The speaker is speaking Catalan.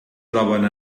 troben